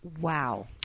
Wow